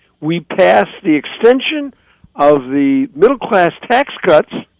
we passed the extension of the middle-class tax cuts,